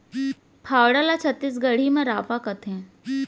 फावड़ा ल छत्तीसगढ़ी म रॉंपा कथें